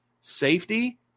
Safety